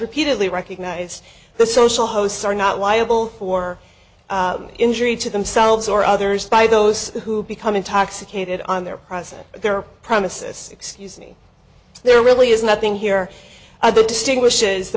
repeatedly recognized the social hosts are not liable for injury to themselves or others by those who become intoxicated on their process their premises excuse me there really is nothing here distinguishes the